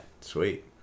Sweet